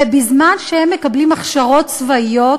ובזמן שהם מקבלים הכשרות צבאיות,